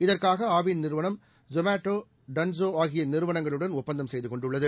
இதற்காக ஆவின் நிறுவனம் சுமேட்டோ டொன்ஸோ ஆகிய நிறுவனங்களுடன் ஒப்பந்தம் செய்து கொண்டுள்ளது